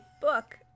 book